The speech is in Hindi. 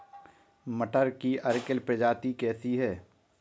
मटर की अर्किल प्रजाति कैसी है?